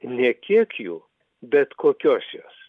ne kiek jų bet kokios jos